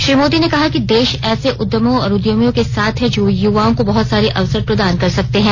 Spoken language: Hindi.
श्री मोदी ने कहा कि देश ऐसे उद्यमों और उद्यमियों के साथ है जो युवाओं को बहुत सारे अवसर प्रदान कर सकते हैं